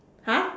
!huh!